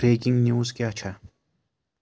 breaking news کیٛاہ چھا